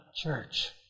church